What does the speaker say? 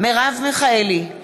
מרב מיכאלי,